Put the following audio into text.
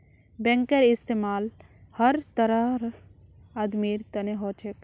बैंकेर इस्तमाल हर तरहर आदमीर तने हो छेक